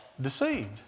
deceived